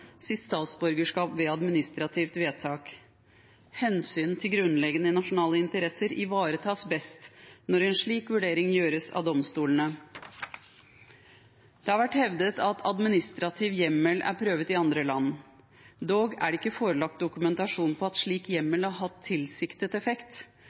sitt statsborgerskap ved administrativt vedtak. Hensynet til grunnleggende nasjonale interesser ivaretas best når en slik vurdering gjøres av domstolene. Det har vært hevdet at administrativ hjemmel er prøvd i andre land. Det er dog ikke forelagt dokumentasjon på at slik